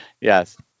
Yes